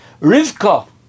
Rivka